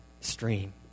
stream